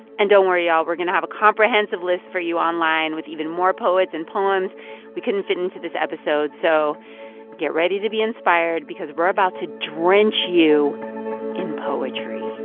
and don't worry, y'all, we're going to have a comprehensive list for you online, with even more poets and poems we couldn't fit into this episode. so get ready to be inspired because we're about to drench you in poetry